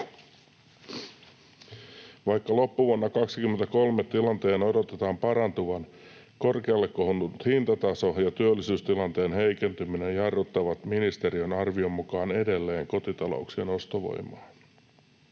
Vaikka loppuvuonna 2023 tilanteen odotetaan parantuvan, korkealle kohonnut hintataso ja työllisyystilanteen heikentyminen jarruttavat ministeriön arvion mukaan edelleen kotitalouksien ostovoimaa.